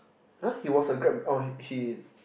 !huh! he was a Grab oh he